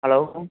hello